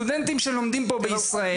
הסטודנטים שלומדים פה בישראל,